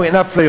פה אין אפליות.